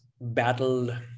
battled